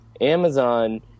Amazon